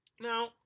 Now